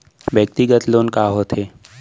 व्यक्तिगत लोन का होथे?